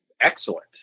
excellent